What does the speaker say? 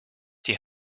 die